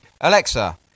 Alexa